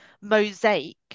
mosaic